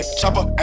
chopper